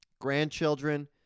Grandchildren